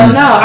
no